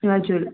हजुर